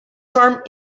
term